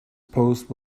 post